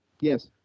Yes